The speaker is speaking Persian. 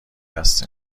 هستیم